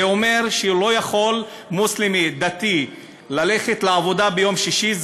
זה אומר שמוסלמי דתי לא יכול ללכת לעבודה ביום שישי,